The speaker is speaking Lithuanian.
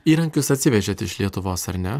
įrankius atsivežėt iš lietuvos ar ne